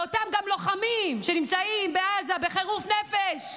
לאותם לוחמים שנמצאים בעזה בחירוף נפש,